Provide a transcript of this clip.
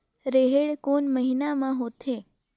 रेहेण कोन महीना म होथे?